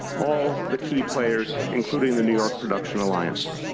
all the key players, including the new york production alliance.